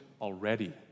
already